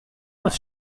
was